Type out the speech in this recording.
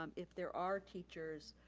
um if there are teachers,